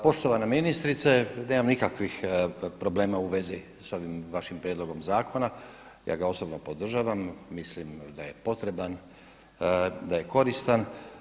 Poštovana ministrice nemam nikakvih problema u svezi sa ovim vašim prijedlogom zakona, ja ga osobno podržavam, mislim da je potreban, da je koristan.